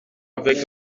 avec